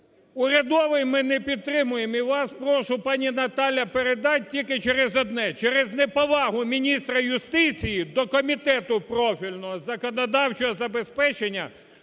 Урядовий ми не підтримуємо. І вас прошу, пані Наталя, передати: тільки через одне - через неповагу міністра юстиції до Комітету профільного з законодавчого забезпечення